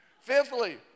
fifthly